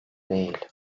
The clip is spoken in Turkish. değil